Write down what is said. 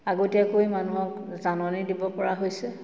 আগতীয়াকৈ মানুহক জাননী দিব পৰা হৈছে